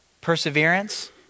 perseverance